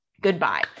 Goodbye